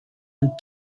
and